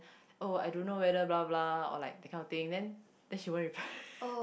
oh I don't know weather blah blah or like that kind of thing then then she won't reply